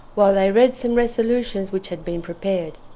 while they read some resolutions which had been prepared.